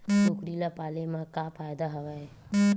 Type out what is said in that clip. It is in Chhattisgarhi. कुकरी ल पाले म का फ़ायदा हवय?